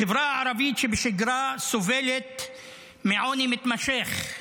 החברה הערבית, שבשגרה סובלת מעוני מתמשך,